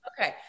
okay